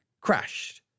crashed